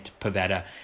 Pavetta